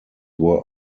were